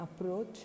approach